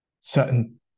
certain